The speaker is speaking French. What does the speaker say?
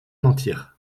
mentir